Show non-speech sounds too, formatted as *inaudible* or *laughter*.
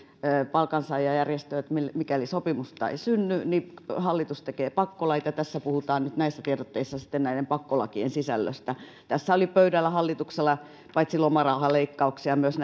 palkansaajajärjestöjä että mikäli sopimusta ei synny niin hallitus tekee pakkolait näissä tiedotteissa puhutaan nyt sitten näiden pakkolakien sisällöstä tässä oli pöydällä hallituksella paitsi lomarahaleikkauksia myös *unintelligible*